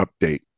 update